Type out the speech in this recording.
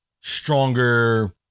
stronger